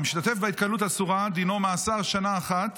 המשתתף בהתקהלות אסורה, דינו שנה אחת